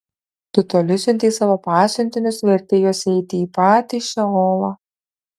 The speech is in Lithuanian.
tu toli siuntei savo pasiuntinius vertei juos eiti į patį šeolą